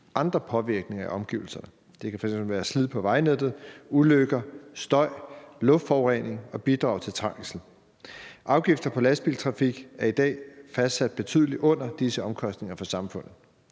andre påvirkninger af omgivelserne. Det kan f.eks. være slid på vejnettet, ulykker, støj, luftforurening og bidrag til trængsel. Afgifter på lastbiltrafik er i dag fastsat betydeligt under disse omkostninger for samfundet.